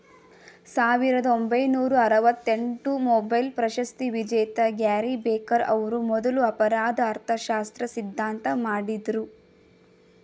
ಸಾವಿರದ ಒಂಬೈನೂರ ಆರವತ್ತಎಂಟು ಮೊಬೈಲ್ ಪ್ರಶಸ್ತಿವಿಜೇತ ಗ್ಯಾರಿ ಬೆಕರ್ ಅವ್ರು ಮೊದ್ಲು ಅಪರಾಧ ಅರ್ಥಶಾಸ್ತ್ರ ಸಿದ್ಧಾಂತ ಮಾಡಿದ್ರು